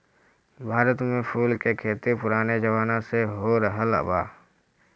भारत में फूल के खेती पुराने जमाना से होरहल बा